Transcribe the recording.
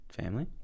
family